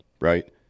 right